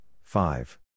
five